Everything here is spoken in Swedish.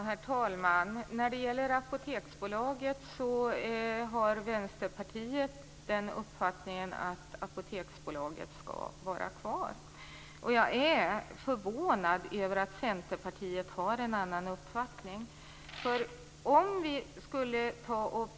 Herr talman! Vänsterpartiet har uppfattningen att Apoteksbolaget skall vara kvar. Jag är förvånad över att Centerpartiet har en annan uppfattning.